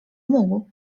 mógł